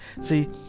see